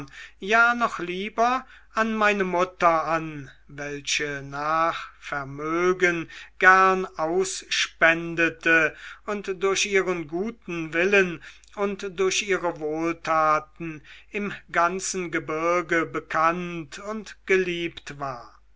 ja noch lieber an meine mutter an welche nach vermögen gern ausspendete und durch ihren guten willen und durch ihre wohltaten im ganzen gebirge bekannt und geliebt war